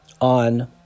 on